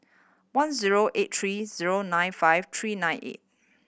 one zero eight three zero nine five three nine eight